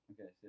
Okay